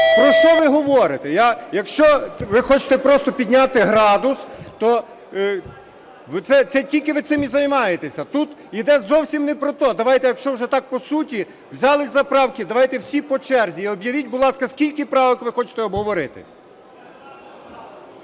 Про що ви говорите? Якщо ви хочете підняти градус, то це ви тільки цим і займаєтесь. Тут йде зовсім не проте. Давайте, якщо вже так, по суті, взялись за правки, давайте всі по черзі і об'явіть, будь ласка, скільки правок ви хочете обговорити?